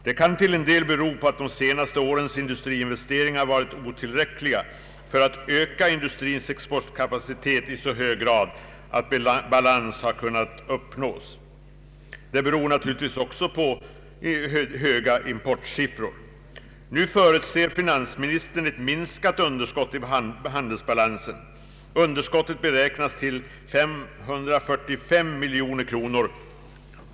Det kan till en del bero på att de senaste årens industriinvesteringar varit otillräckliga för att öka industrins exportkapacitet i så hög grad att balans har kunnat uppnås. Det beror naturligtvis också på höga importsiffror. Nu förutser finansministern ett minskat underskott i handelsbalansen. Underskottet beräknas till 545 miljoner kronor.